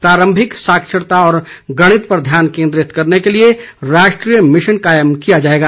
प्रारंभिक साक्षरता और गणित पर ध्यान केंद्रित करने के लिए राष्ट्रीय भिशन कायम किया जाएगा